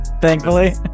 thankfully